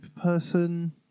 person